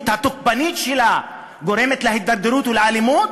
התוקפנית שלה גורמת להידרדרות ולאלימות?